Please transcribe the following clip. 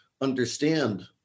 understand